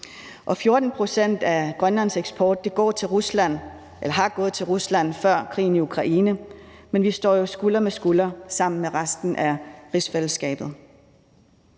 Og 14 pct. af Grønlands eksport er gået til Rusland før krigen i Ukraine, men vi står jo skulder ved skulder sammen med resten af rigsfællesskabet.